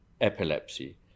epilepsy